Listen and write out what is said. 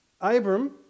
Abram